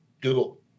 Google